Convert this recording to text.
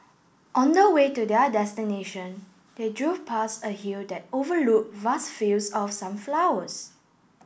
on the way to their destination they drove past a hill that overlooked vast fields of sunflowers